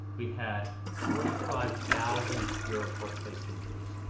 we had forty five thousand fewer workplace injuries.